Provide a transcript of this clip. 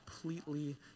completely